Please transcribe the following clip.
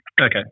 Okay